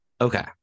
okay